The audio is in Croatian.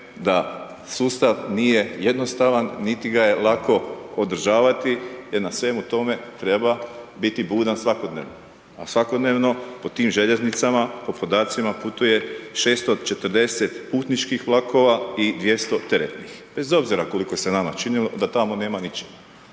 da sustav nije jednostavan niti ga je lako održavati, jer na svemu tome biti budan svakodnevno, a svakodnevno po tim željeznicama po podacima putuje 640 putničkih vlakova i 200 teretnih. Bez obzira koliko se nama činilo da tamo nema ničega.